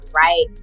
right